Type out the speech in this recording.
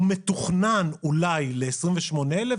הוא מתוכנן אולי ל-28,000,